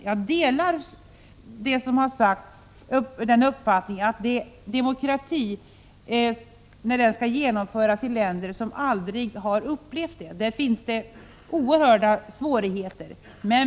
Jag delar den uppfattning som har framförts, att det finns oerhörda svårigheter när demokrati skall genomföras i länder som aldrig upplevt demokrati.